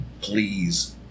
please